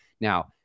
Now